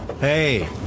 hey